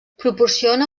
proporciona